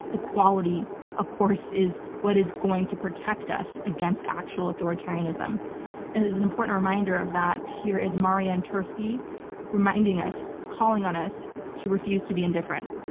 equality of course is what is going to protect us against actual authoritarianism and is an important reminder of that here is marian turski reminding us, calling on us to refuse to be indifferent.